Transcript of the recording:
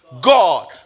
God